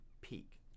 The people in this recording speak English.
Peak